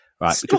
right